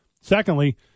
Secondly